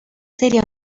sería